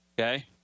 okay